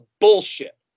bullshit